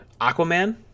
Aquaman